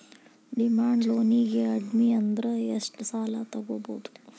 Demand ಲೊನಿಗೆ ಕಡ್ಮಿಅಂದ್ರ ಎಷ್ಟ್ ಸಾಲಾ ತಗೊಬೊದು?